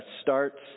starts